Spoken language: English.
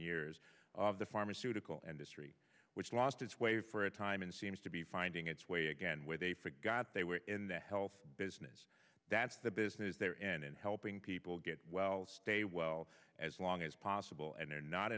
years of the pharmaceutical industry which lost its way for a time and seems to be finding its way again where they forgot they were in the health business that's the business they're in and helping people get well stay well as long as possible and they're not